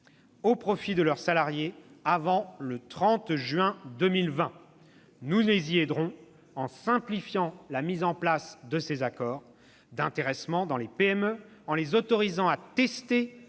au profit de leurs salariés avant le 30 juin 2020. Nous les y aiderons, en simplifiant la mise en place des accords d'intéressement dans les PME, en les autorisant à tester